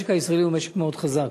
המשק הישראלי הוא משק מאוד חזק,